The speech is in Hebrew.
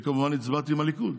אני כמובן הצבעתי עם הליכוד,